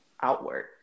outward